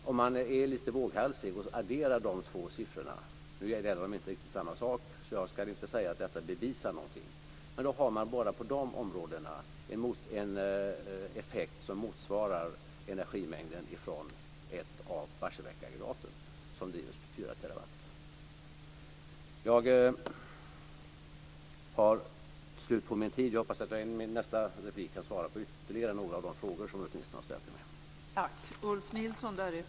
Om man är lite våghalsig och adderar de två siffrorna - nu gäller de inte riktigt samma sak, så jag ska inte säga att detta bevisar någonting - så har man bara på de områdena en effekt som motsvarar energimängden från ett av Barsebäcksaggregaten, som ger 4 terawattimmar. Jag har slut på min talartid. Jag hoppas att jag i min nästa replik kan svara på ytterligare några av de frågor som Ulf Nilsson har ställt till mig.